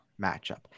matchup